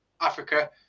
Africa